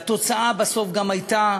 והתוצאה בסוף גם הייתה